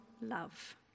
love